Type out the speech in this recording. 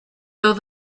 though